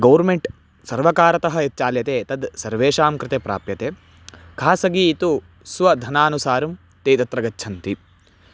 government सर्वकारतः यत् चाल्यते तद् सर्वेषां कृते प्राप्यते खासगी तु स्वधनानुसारं ते तत्र गच्छन्ति